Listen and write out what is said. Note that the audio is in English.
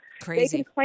Crazy